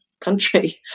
country